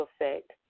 effect